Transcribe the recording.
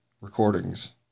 recordings